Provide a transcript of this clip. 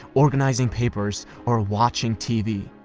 organizing papers or watching tv,